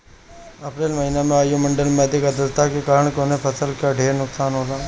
अप्रैल महिना में वायु मंडल में अधिक आद्रता के कारण कवने फसल क ढेर नुकसान होला?